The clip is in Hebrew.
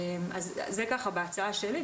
אז זאת ההצעה שלי,